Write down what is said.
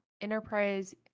enterprise